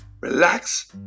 relax